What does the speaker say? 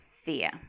fear